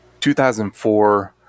2004